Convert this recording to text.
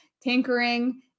tinkering